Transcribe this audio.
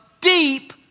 deep